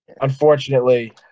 unfortunately